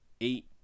eight